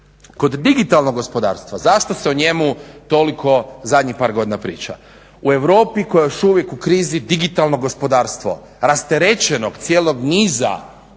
Kod digitalnog gospodarstva, zašto se o njemu toliko zadnjih par godina priča? U Europi koja je još uvijek u krizi, digitalno gospodarstvo rasterećenog cijelog niza,